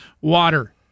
water